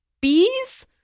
bees